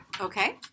Okay